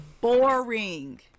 boring